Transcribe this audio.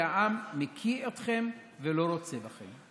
כי העם מקיא אתכם ולא רוצה בכם,